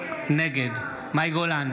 נגד מאי גולן,